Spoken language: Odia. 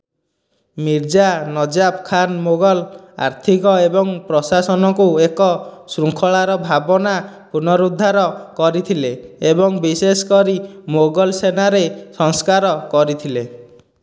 ମିର୍ଜା ନଜାଫ ଖାନ୍ ମୋଗଲ ଆର୍ଥିକ ଏବଂ ପ୍ରଶାସନକୁ ଏକ ଶୃଙ୍ଖଳାର ଭାବନା ପୁନରୁଦ୍ଧାର କରିଥିଲେ ଏବଂ ବିଶେଷ କରି ମୋଗଲ ସେନାରେ ସଂସ୍କାର କରିଥିଲେ